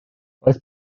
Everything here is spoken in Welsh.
roedd